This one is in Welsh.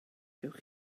gewch